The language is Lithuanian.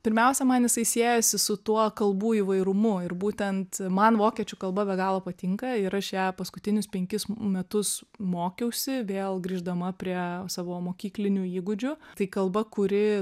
pirmiausia man jisai siejasi su tuo kalbų įvairumu ir būtent man vokiečių kalba be galo patinka ir aš ją paskutinius penkis metus mokiausi vėl grįždama prie savo mokyklinių įgūdžių tai kalba kuri